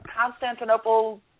Constantinople